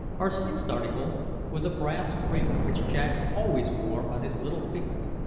our sixth article was a brass ring which jack always wore on his little finger.